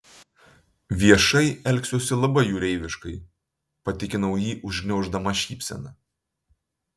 viešai elgsiuosi labai jūreiviškai patikinau jį užgniauždama šypseną